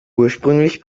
ursprünglich